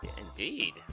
Indeed